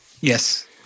Yes